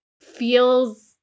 feels